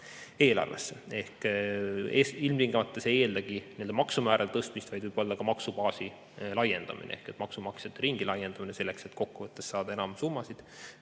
eelarvesse. Ehk ilmtingimata see ei eeldagi maksumäärade tõstmist, vaid see võib olla ka maksubaasi laiendamine ehk maksumaksjate ringi laiendamine selleks, et kokku võttes saada enam summasid.